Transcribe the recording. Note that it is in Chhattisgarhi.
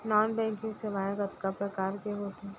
नॉन बैंकिंग सेवाएं कतका प्रकार के होथे